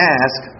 ask